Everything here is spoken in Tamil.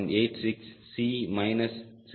86 C மைனஸ் 0